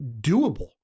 doable